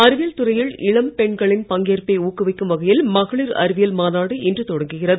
அறிவியல் துறையில் இளம் பெண்களின் பங்கேற்பை ஊக்குவிக்கும் வகையில் மகளிர் அறிவியல் மாநாடு இன்று தொடங்குகிறது